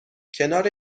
کنار